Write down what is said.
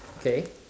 okay